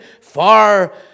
far